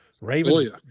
Ravens